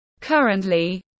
Currently